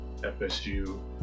FSU